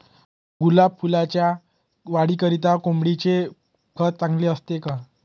गुलाब फुलाच्या वाढीकरिता कोंबडीचे खत चांगले असते का?